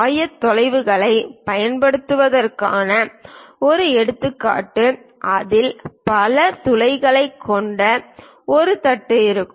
ஆயத்தொலைவுகளைப் பயன்படுத்துவதற்கான ஒரு எடுத்துக்காட்டு அதில் பல துளைகளைக் கொண்ட ஒரு தட்டுக்கு இருக்கும்